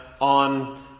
on